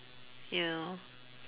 you know